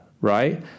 right